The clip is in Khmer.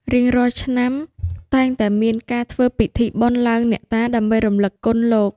រៀងរាល់ឆ្នាំ តែងតែមានការធ្វើពិធីបុណ្យឡើងអ្នកតាដើម្បីរំលឹកគុណលោក។